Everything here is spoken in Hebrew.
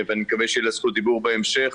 ואני מקווה שתהיה לה זכות דיבור בהמשך,